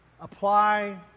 apply